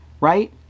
right